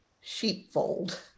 sheepfold